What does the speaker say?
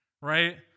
right